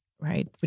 Right